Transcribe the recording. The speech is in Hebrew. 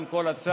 עם כל הצער,